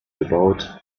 gebaut